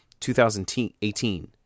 2018